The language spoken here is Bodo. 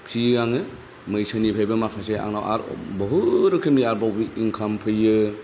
फियो आङो मैसोनिफ्रायबो माखासे आंनाव आरो बहुद रोखोमनि आरोबाव बे इन्काम फैयो